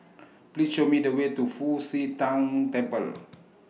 Please Show Me The Way to Fu Xi Tang Temple